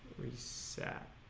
reset.